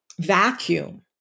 vacuum